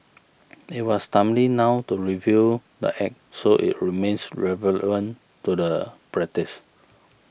it was timely now to review the Act so it remains relevant to the practice